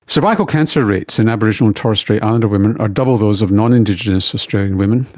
cervical cancer rates in aboriginal and torres strait islander women are double those of non-indigenous australian women,